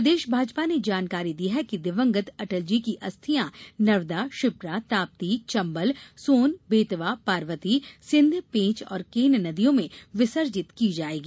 प्रदेश भाजपा ने जानकारी दी है कि दिवंगत अटल जी की अस्थियां नर्मदा क्षिप्रा ताप्ती चम्बल सोन बेतवा पार्वती सिंध पेंच और केन नदियों में विसर्जित की जायेंगी